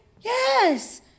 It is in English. Yes